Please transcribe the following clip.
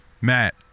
Matt